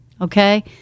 Okay